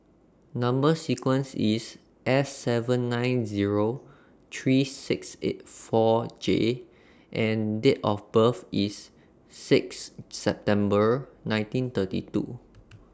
Number sequence IS S seven nine Zero three six eight four J and Date of birth IS six September nineteen thirty two